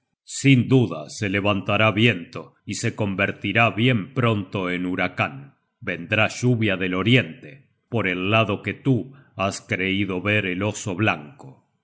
sin duda se levantará viento y se convertirá bien pronto en huracan vendrá lluvia del oriente por el lado que tú has creido ver el oso blanco